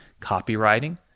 copywriting